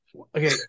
Okay